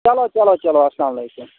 چلو چلو چلو اَسلامُ علیکُم